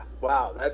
Wow